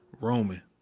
Roman